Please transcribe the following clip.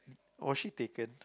was she taken